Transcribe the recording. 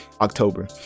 October